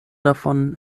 davon